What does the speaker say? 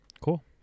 Cool